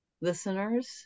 listeners